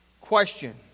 question